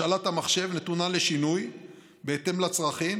השאלת המחשב נתונה לשינוי בהתאם לצרכים